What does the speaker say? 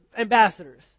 ambassadors